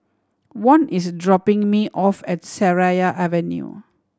Von is dropping me off at Seraya Avenue